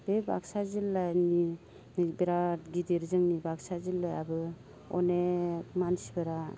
बे बाक्सा जिल्लानि बिराद गिदिर जोंनि बाक्सा जिल्लायाबो अनेख मानसिफोरा